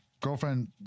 girlfriend